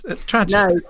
Tragic